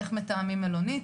איך מתאמים מלונית,